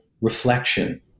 reflection